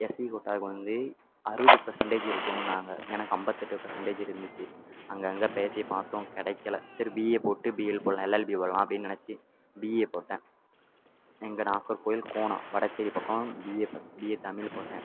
SC கோட்டாவுக்கு வந்து அறுபது பர்சண்டேஜ் இருக்கணும்ன்னாங்க எனக்கு ஐம்பத்தெட்டு பர்சண்டேஜ் இருந்துச்சு அங்கங்கே பேசி பார்த்தோம் கிடைக்கல சரி பிஏ போட்டு பிஎல் போடலாம் எல்எல்பி போடலாம் அப்படின்னு நினச்சி பிஏ போட்டேன் இங்கே நாகர்க்கோயில் கோணம் வடசேரி பக்கம் பிஏ பிஏ தமிழ் போட்டேன்